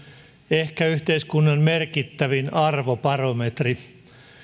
ehkä yhteiskunnan merkittävin arvobarometri